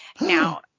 now